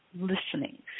listening